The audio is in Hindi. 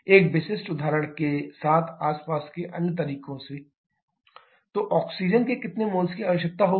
एक विशिष्ट उदाहरण के साथ आसपास के अन्य तरीकों से C8H18 O2 → 8CO2 9 H2O तो ऑक्सीजन के कितने मोल की आवश्यकता होगी